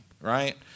right